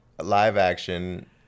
live-action